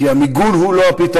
כי המיגון הוא לא הפתרון,